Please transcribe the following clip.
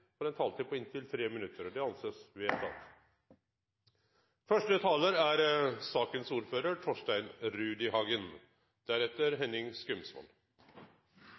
får en taletid på inntil 3 minutter. – Det anses vedtatt. Første taler er Irene Johansen – for sakens ordfører.